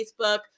Facebook